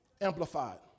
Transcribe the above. amplified